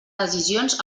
decisions